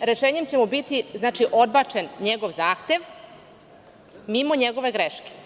rešenjem će biti odbačen njegov zahtev mimo njegove greške.